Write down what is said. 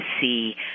see